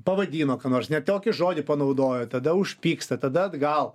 pavadino ką nors ne tokį žodį panaudojo tada užpyksta tada atgal